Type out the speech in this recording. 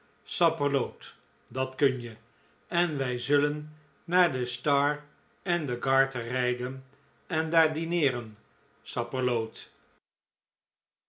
sapperloot dat kun je en wij zullen naar de star and the garter rijden en daar dineeren